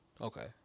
Okay